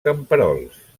camperols